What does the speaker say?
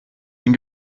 den